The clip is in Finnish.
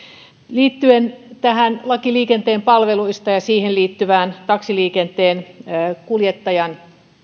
liittyen tähän lakiin liikenteen palveluista ja siihen liittyvään taksiliikenteen kuljettajan